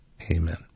Amen